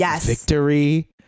victory